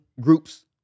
groups